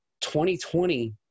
2020